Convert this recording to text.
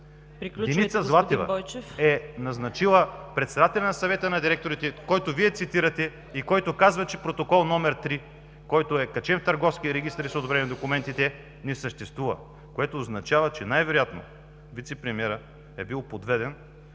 Деница Златева е назначила председателя на Съвета на директорите, който Вие цитирате и който казва, че Протокол № 3, който е качен в Търговския регистър, и са одобрени документите, не съществува, което означава, че най-вероятно вицепремиерът е бил подведен,